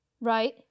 Right